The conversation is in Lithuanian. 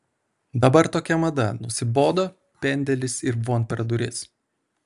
dabar tokia mada nusibodo pendelis ir von per duris